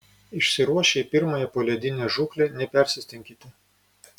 išsiruošę į pirmąją poledinę žūklę nepersistenkite